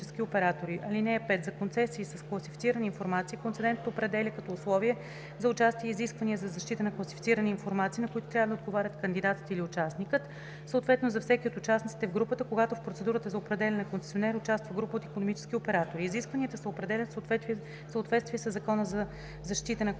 (5) За концесии с класифицирана информация концедентът определя като условие за участие изисквания за защита на класифицираната информация, на които трябва да отговарят кандидатът или участникът, съответно за всеки от участниците в групата, когато в процедурата за определяне на концесионер участва група от икономически оператори. Изискванията се определят в съответствие със Закона за защита на класифицираната информация.“